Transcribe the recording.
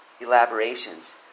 elaborations